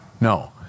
no